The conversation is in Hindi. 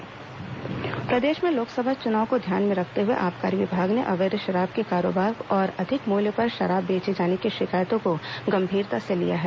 शराब दुकान कार्रवाई प्रदेश में लोकसभा चुनाव को ध्यान में रखते हुए आबकारी विभाग ने अवैध शराब के कारोबार और अधिक मूल्य पर शराब बेचे जाने की शिकायतों को गंभीरता से लिया है